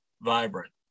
vibrant